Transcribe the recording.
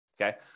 okay